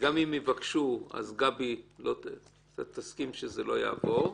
גם אם יבקשו, גבי תסכים שזה לא יעבור -- אדוני,